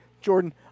Jordan